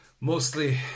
Mostly